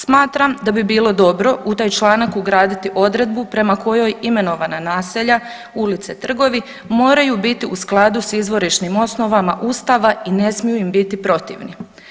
Smatram da bi bilo dobro u taj članak ugraditi odredbu prema kojoj imenovana naselja, ulice, trgovi moraju biti u skladu s izvorišnim osnovama Ustava i ne smiju im biti protivni.